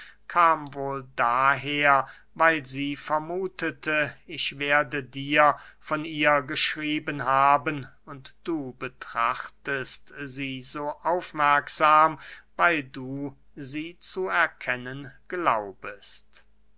kam wohl daher weil sie vermuthete ich werde dir von ihr geschrieben haben und du betrachtest sie so aufmerksam weil du sie zu erkennen glaubest